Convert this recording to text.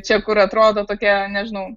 čia kur atrodo tokia nežinau